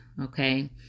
okay